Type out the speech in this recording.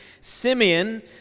Simeon